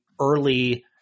early